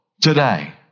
today